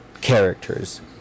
Characters